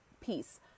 peace